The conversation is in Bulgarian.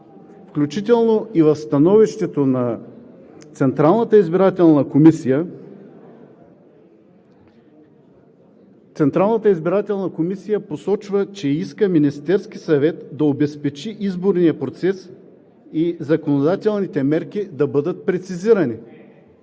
избирателна комисията посочва, че иска Министерският съвет да обезпечи изборния процес и законодателните мерки да бъдат прецизирани.